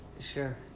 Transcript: Sure